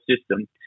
system